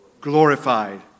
Glorified